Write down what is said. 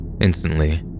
Instantly